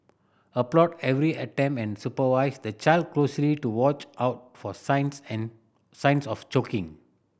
applaud every attempt and supervise the child closely to watch out for signs an signs of choking